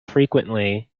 frequently